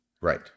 Right